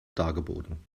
dargeboten